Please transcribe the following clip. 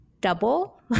double